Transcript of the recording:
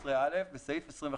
(15א) בסעיף 25